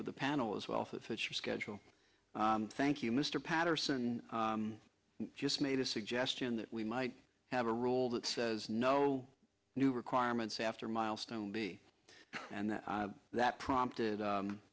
with the panel as well so it fits your schedule thank you mr patterson just made a suggestion that we might have a rule that says no new requirements after milestone b and that prompted